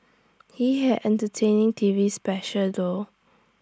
he had entertaining T V special though